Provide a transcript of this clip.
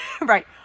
Right